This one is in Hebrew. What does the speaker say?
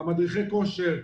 מדריכי כושר,